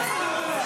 טאהא.